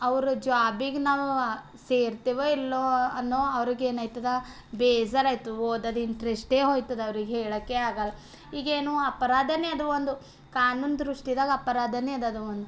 ಅವ್ರ ಜಾಬಿಗೆ ನಾವು ಸೇರ್ತೆವೊ ಇಲ್ವೊ ಅನ್ನೋ ಅವರಿಗೇನಾಯ್ತದ ಬೇಜಾರು ಆಯಿತು ಓದೋದು ಇಂಟ್ರೆಸ್ಟೇ ಹೊಯ್ತದ ಅವ್ರಿಗೆ ಹೇಳೋಕ್ಕೆ ಆಗಲ್ಲ ಈಗೇನು ಅಪರಾಧನೇ ಅದು ಒಂದು ಕಾನೂನು ದೃಷ್ಟಿದಾಗ ಅಪರಾಧನೇ ಅದು ಒಂದು